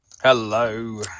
Hello